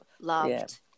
loved